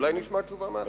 אולי נשמע תשובה מהשר.